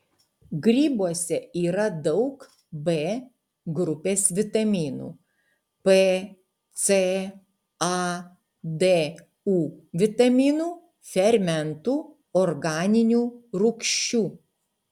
grybuose yra daug b grupės vitaminų p c a d u vitaminų fermentų organinių rūgščių